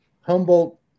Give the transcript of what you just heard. Humboldt